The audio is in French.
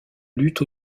lutte